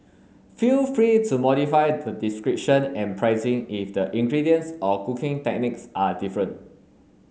feel free to modify the description and pricing if the ingredients or cooking techniques are different